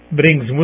brings